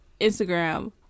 Instagram